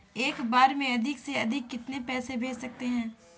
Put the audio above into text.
एक बार में अधिक से अधिक कितने पैसे भेज सकते हैं?